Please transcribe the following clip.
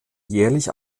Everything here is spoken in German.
jährlich